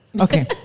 Okay